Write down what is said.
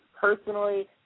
personally